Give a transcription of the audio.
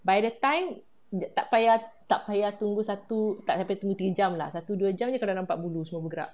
by the time tak payah tak payah tunggu satu tak sampai tunggu tiga jam lah satu dua jam jer kau nampak bulu semua bergerak